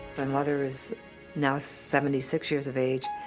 and mother is now seventy six years of age.